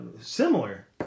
Similar